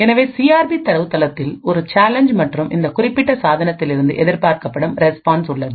எனவே சிஆர்பி தரவுத்தளத்தில் ஒரு சேலஞ்ச் மற்றும் இந்த குறிப்பிட்ட சாதனத்திலிருந்து எதிர்பார்க்கப்படும் ரெஸ்பான்ஸ் உள்ளது